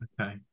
Okay